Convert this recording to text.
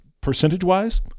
percentage-wise